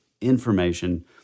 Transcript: information